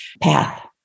path